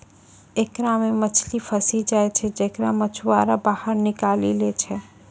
एकरा मे मछली फसी जाय छै जेकरा मछुआरा बाहर निकालि लै छै